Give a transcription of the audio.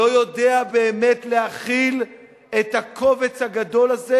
לא יודע באמת להכיל את הקובץ הגדול הזה